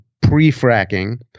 pre-fracking